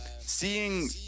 Seeing